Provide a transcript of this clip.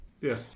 Yes